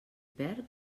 perd